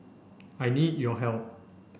I need your help